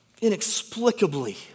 inexplicably